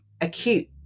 acute